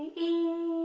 e,